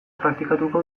praktikatuko